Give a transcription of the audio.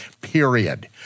period